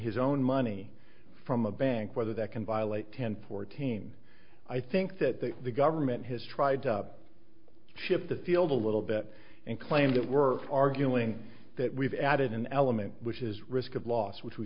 his own money from a bank whether that can violate ten fourteen i think that the government has tried to shift the field a little bit and claim that we're arguing that we've added an element which is risk of loss which we